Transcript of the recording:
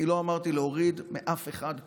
אני לא אמרתי להוריד מאף אחד כלום,